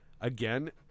again